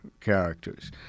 characters